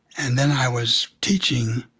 and then i was teaching,